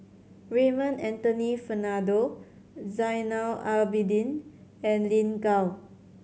Raymond Anthony Fernando Zainal Abidin and Lin Gao